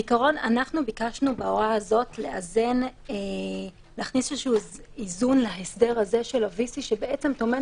אנחנו ביקשנו בהוראה הזאת להכניס איזון להסדר הזה של ה-VC שטומן